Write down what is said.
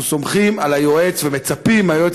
אנחנו סומכים על היועץ ומצפים מהיועץ